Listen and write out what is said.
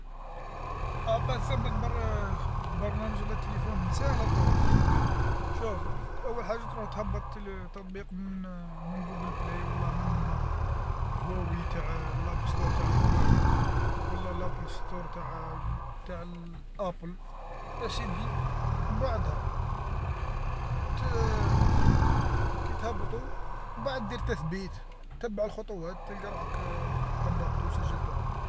آ باه ثبت بر برنامج على التليفون ساهله طول التطبيق، شوف أول حاجة تروح تهبط التطبيق من من قوقل بلاي ولا من هواوي تاع لابل ستور تاع هواوي، ولا لابل ستور تاع تاع ابل، ا سيدي، بعدها كيتهبطو من بعد دير تثبيت، تبع الخطوات تلقى روحك هبطتو وسجلتو عندك.